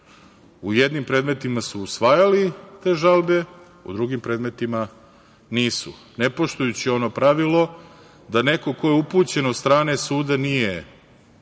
U jednim predmetima su usvajali te žalbe, u drugim predmetima nisu, ne poštujući ono pravilo da neko ko je upućen od strane suda nije